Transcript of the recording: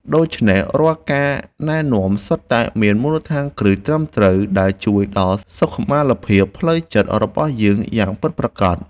ដូច្នេះរាល់ការណែនាំសុទ្ធតែមានមូលដ្ឋានគ្រឹះត្រឹមត្រូវដែលជួយដល់សុខុមាលភាពផ្លូវចិត្តរបស់យើងយ៉ាងពិតប្រាកដ។